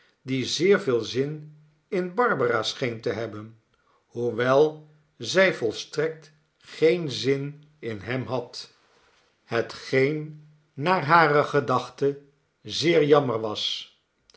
die zeer veel zin in barbara scheen te hebben hoewel zij volstrekt geen zin in hem had hetgeen naar hare gedachte zeer jammer was